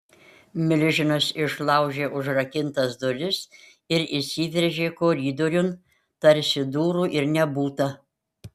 milžinas išlaužė užrakintas duris ir įsiveržė koridoriun tarsi durų ir nebūta